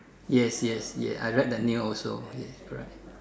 yes yes yea I read that news also yes correct